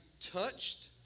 touched